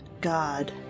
god